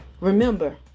Remember